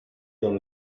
dans